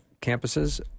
campuses